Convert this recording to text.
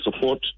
support